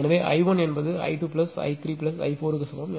எனவே I1 என்பது i2i3i4 சமம்